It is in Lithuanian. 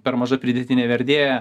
per maža pridėtinė vertė